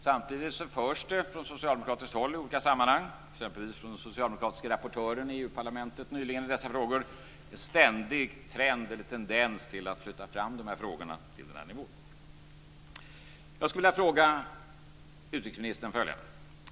Samtidigt finns det från socialdemokratiskt håll i olika sammanhang, exempelvis från den socialdemokratiske rapportören i EU-parlamentet nyligen i dessa frågor, en ständig tendens att flytta fram de här frågorna till den här nivån.